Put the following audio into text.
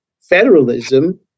federalism